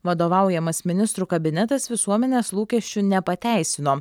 vadovaujamas ministrų kabinetas visuomenės lūkesčių nepateisino